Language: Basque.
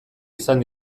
izan